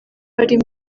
bari